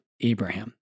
Abraham